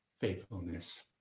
faithfulness